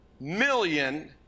million